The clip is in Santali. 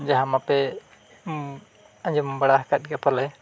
ᱡᱟᱦᱟᱸ ᱢᱟᱯᱮ ᱟᱸᱡᱚᱢ ᱵᱟᱲᱟ ᱟᱠᱟᱫ ᱜᱮᱭᱟ ᱯᱟᱞᱮ